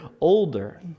older